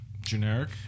Generic